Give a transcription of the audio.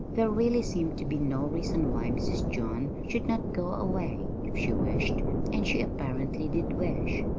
there really seemed to be no reason why mrs. john should not go away, if she wished and she apparently did wish.